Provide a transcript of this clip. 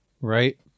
Right